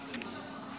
דקות.